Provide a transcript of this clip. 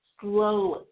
slowly